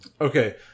Okay